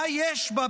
מה יש בה,